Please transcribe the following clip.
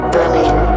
Berlin